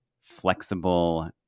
flexible